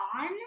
on